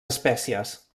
espècies